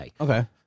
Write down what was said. Okay